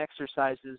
exercises